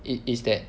it is that